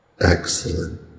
Excellent